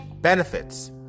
benefits